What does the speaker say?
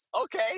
okay